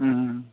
उम उम